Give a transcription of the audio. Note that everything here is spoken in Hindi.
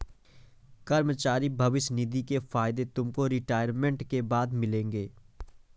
कर्मचारी भविष्य निधि के फायदे तुमको रिटायरमेंट के बाद मिलेंगे